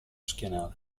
schienale